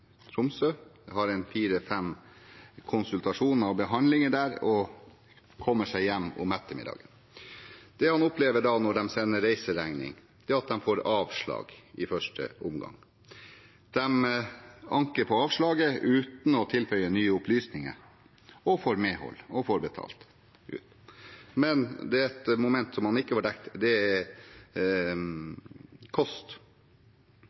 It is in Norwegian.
Tromsø, har fire–fem konsultasjoner og behandlinger der og kommer seg hjem om ettermiddagen. Det de opplever når de sender reiseregning, er å få avslag i første omgang. De anker på avslaget uten å tilføye nye opplysninger, og får medhold og får betalt. Men det er en ting som han ikke får dekket, det er kost.